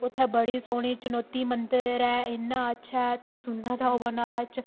उत्थें बड़ी सौह्नी चनौती मंदर ऐ इन्ना अच्छा ऐ इत्थै सुन्ने दा बना दा